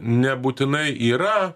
nebūtinai yra